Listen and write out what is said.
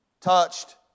touched